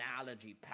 analogy